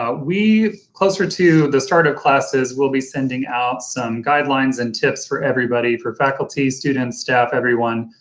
ah we, closer to the start of classes, we'll be sending out some guidelines and tips for everybody for faculty, students, staff everyone,